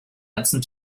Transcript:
ganzen